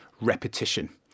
repetition